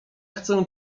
chcę